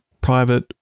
private